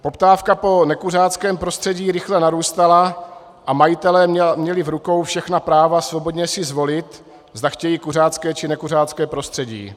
Poptávka po nekuřáckém prostředí rychle narůstala a majitelé měli v rukou všechna práva svobodně si zvolit, zda chtějí kuřácké, či nekuřácké prostředí.